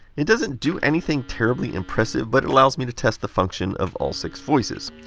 it doesn't do anything terribly impressive, but it allows me to test the function of all six voices.